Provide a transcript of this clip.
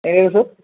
എങ്ങനെയാണ് സാർ